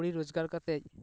ᱠᱟᱹᱣᱰᱤ ᱨᱳᱡᱽᱜᱟᱨ ᱠᱟᱛᱮ